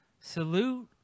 salute